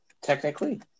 Technically